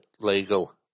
legal